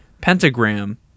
pentagram